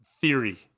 theory